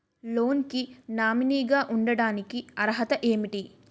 Loan కి nominee గా ఉండటానికి అర్హత ఏమిటి?